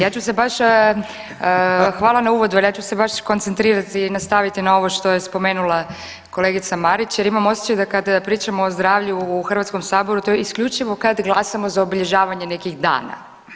Ja ću se baš kao, hvala na uvodu ali ja ću se baš koncentrirati i nastaviti na ovo što je spomenula kolegica Marić, jer imam osjećaj da kad pričamo o zdravlju u Hrvatskom saboru to je isključivo kad glasamo za obilježavanje nekih dana.